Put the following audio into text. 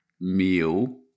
meal